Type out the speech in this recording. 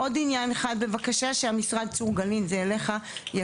עוד עניין אחד בבקשה צור גלין זה אליך שהמשרד